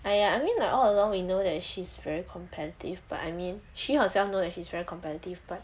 !aiya! I mean like all along we know that she is very competitive but I mean she herself know that she is very competitive but